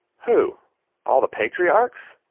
who all the patriarchs?